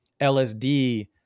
LSD